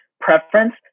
preference